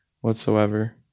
whatsoever